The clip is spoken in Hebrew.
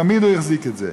תמיד הוא החזיק את זה.